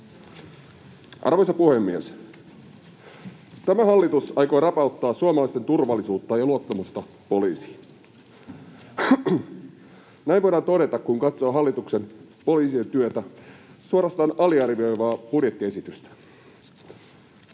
Arvoisa puhemies! Tämä hallitus aikoo rapauttaa suomalaisten turvallisuutta ja luottamusta poliisiin. Näin voidaan todeta, kun katsoo hallituksen poliisien työtä suorastaan aliarvioivaa budjettiesitystä.